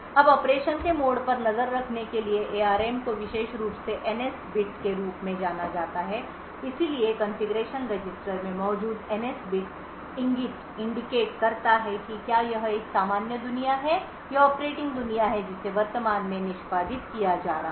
अब ऑपरेशन के मोड पर नज़र रखने के लिए एआरएम को विशेष रूप से एनएस बिट के रूप में जाना जाता है इसलिए कॉन्फ़िगरेशन रजिस्टर में मौजूद एनएस बिट इंगित करता है कि क्या यह एक सामान्य दुनिया है या ऑपरेटिंग दुनिया है जिसे वर्तमान में निष्पादित किया जा रहा है